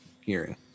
hearing